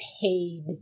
paid